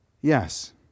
Yes